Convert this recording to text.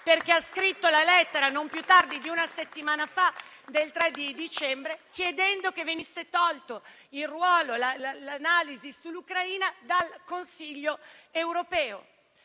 che ha scritto una lettera non più tardi di una settimana fa chiedendo che venisse tolta l'analisi sull'Ucraina dal Consiglio europeo.